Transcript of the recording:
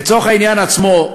לצורך העניין עצמו,